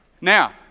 Now